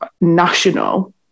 national